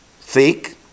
thick